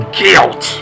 guilt